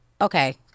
Okay